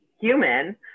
human